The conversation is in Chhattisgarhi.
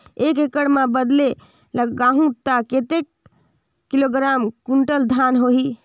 एक एकड़ मां बदले लगाहु ता कतेक किलोग्राम कुंटल धान होही?